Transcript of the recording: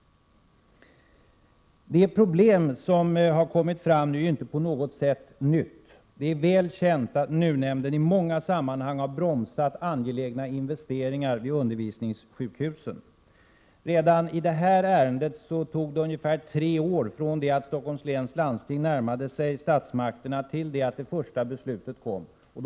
De problem som framkommit är inte på något sätt nya. Det är väl känt att NUU-nämnden i många sammanhang har bromsat angelägna investeringar vid undervisningssjukhusen. Redan i detta ärende tog det ungefär tre år från det att Stockholms läns landsting närmade sig statsmakterna till det att det första beslutet fattades.